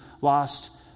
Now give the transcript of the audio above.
lost